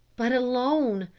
but alone,